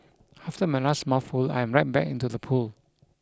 after my last mouthful I'm right back into the pool